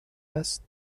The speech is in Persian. است